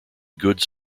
goods